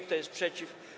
Kto jest przeciw?